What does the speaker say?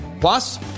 Plus